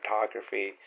photography